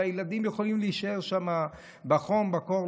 והילדים יכולים להישאר שם בחום או בקור,